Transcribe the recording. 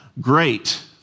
Great